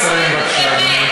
נא לסיים, בבקשה, אדוני.